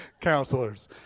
counselors